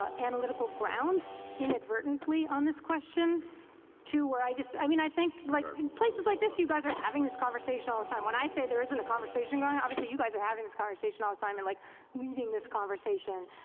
analytical ground inadvertently on this question too where i just, i mean i think like in places like this, you guys are having this conversation all the time. when i say there isn't a conversation going, obviously you guys are having this conversation all the time and like leading this conversation,